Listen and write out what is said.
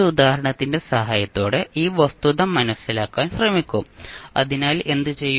ഒരു ഉദാഹരണത്തിന്റെ സഹായത്തോടെ ഈ വസ്തുത മനസിലാക്കാൻ ശ്രമിക്കും അതിനാൽ എന്തു ചെയ്യും